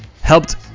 helped